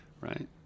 right